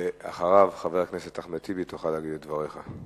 אחריו, חבר הכנסת אחמד טיבי, תוכל להגיד את דבריך.